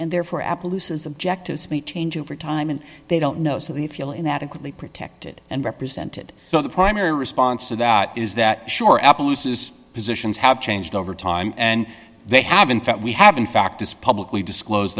and therefore appaloosas objectives we change over time and they don't know so they feel inadequately protected and represented so the primary response to that is that sure appaloosas positions have changed over time and they have in fact we have in fact as publicly disclose